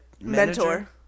Mentor